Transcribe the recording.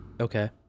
Okay